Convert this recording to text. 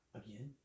again